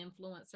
influencer